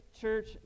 church